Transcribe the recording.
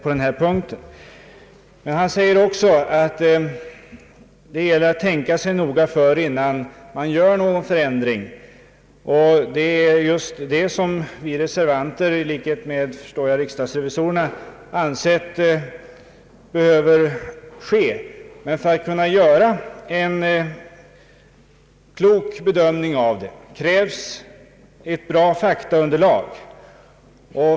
Herr Larfors framhåller också att det gäller att tänka sig noga för innan man gör någon förändring, vilket just är det som vi reservanter anser. Men för att kunna göra en god bedömning av problemet krävs ett bra faktaunderlag.